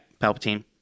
Palpatine